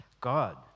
God